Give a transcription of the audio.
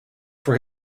for